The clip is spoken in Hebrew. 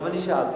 גם אני שאלתי: